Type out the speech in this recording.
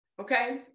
Okay